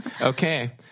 Okay